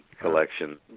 collection